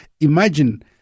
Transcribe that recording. Imagine